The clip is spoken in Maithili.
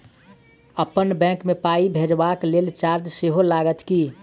अप्पन बैंक मे पाई भेजबाक लेल चार्ज सेहो लागत की?